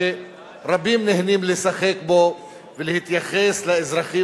שרבים נהנים לשחק בו ולהתייחס לאזרחים